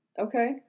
Okay